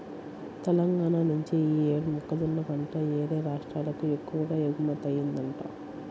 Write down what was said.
తెలంగాణా నుంచి యీ యేడు మొక్కజొన్న పంట యేరే రాష్ట్రాలకు ఎక్కువగా ఎగుమతయ్యిందంట